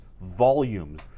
volumes